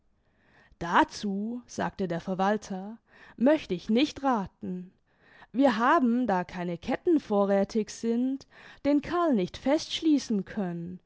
dazu sagte der verwalter möcht ich nicht rathen wir haben da keine ketten vorräthig sind den kerl nicht fest schließen können